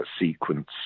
sequence